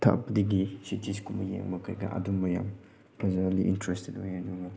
ꯑꯊꯥꯞꯄꯗꯒꯤ ꯁꯤꯇꯤꯁꯀꯨꯝꯕ ꯌꯦꯡꯕ ꯀꯩꯀꯥ ꯑꯗꯨꯝꯕ ꯌꯥꯝ ꯐꯖꯕꯗꯣ ꯏꯟꯇꯔꯦꯁꯇꯦꯠ ꯑꯣꯏꯌꯦ ꯑꯗꯨꯒ